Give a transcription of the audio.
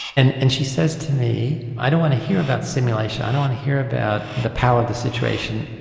and and she says to me, i don't want to hear about simulation, i don't want to hear about the power of the situation.